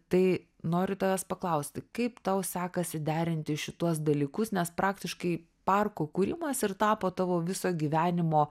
tai noriu tavęs paklausti kaip tau sekasi derinti šituos dalykus nes praktiškai parkų kūrimas ir tapo tavo viso gyvenimo